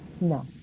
No